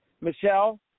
Michelle